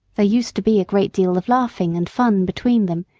there used to be a great deal of laughing and fun between them,